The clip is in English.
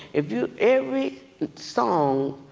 if you every song,